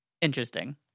Interesting